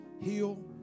heal